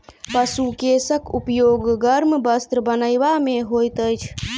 पशु केशक उपयोग गर्म वस्त्र बनयबा मे होइत अछि